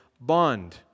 bond